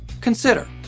Consider